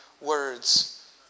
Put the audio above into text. words